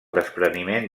despreniment